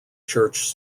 church